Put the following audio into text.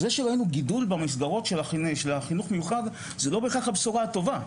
זה שראינו גידול במסגרות של החינוך המיוחד זה לא בהכרח הבשורה הטובה,